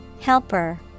Helper